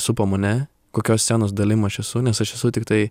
supa mane kokios scenos dalim aš esu nes aš esu tiktai